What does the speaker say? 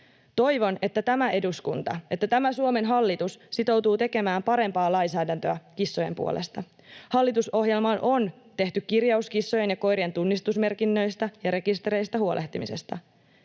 Toivon, että tämä eduskunta ja tämä Suomen hallitus sitoutuvat tekemään parempaa lainsäädäntöä kissojen puolesta. Hallitusohjelmaan on tehty kirjaus kissojen ja koirien tunnistusmerkinnöistä ja rekistereistä huolehtimisesta.